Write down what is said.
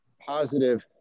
positive